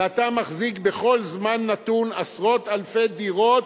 ואתה מחזיק בכל זמן נתון עשרות אלפי דירות